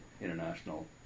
international